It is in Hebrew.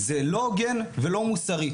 זה לא הוגן ולא מוסרי.